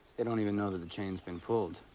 they don't even know that the chain has been pulled.